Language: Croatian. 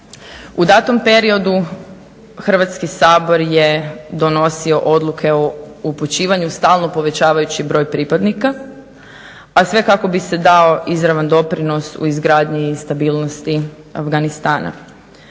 U datom periodu Hrvatski sabor je donosio odluke o upućivanju stalno povećavajući broj pripadnika, a sve kako bi se dao izravan doprinos u izgradnji i stabilnosti Afganistana.